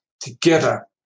Together